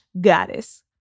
goddess